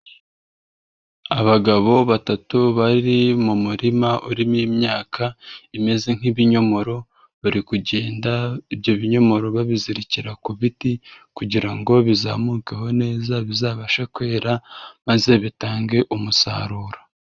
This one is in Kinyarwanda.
Abagabo batatu bari mu murima urimo imyaka imeze nk'ibinyomoro, bari kugenda ibyo binyomoro babizirikira ku biti kugira ngo bizamukeho neza bizabashe kwera maze bitange umusaruro.